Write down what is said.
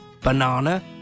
banana